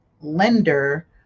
lender